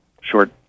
Short